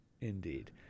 indeed